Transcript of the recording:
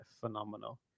phenomenal